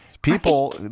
People